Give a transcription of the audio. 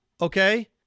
okay